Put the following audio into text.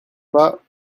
pas